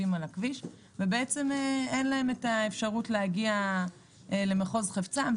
על הכביש ואין להם את האפשרות להגיע למחוז חפצם.